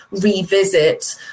revisit